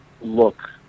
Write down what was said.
look